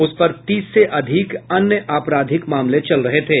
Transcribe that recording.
उसपर तीस से अधिक अन्य आपराधिक मामले चल रहे थे